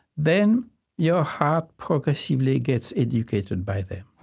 then your heart progressively gets educated by them.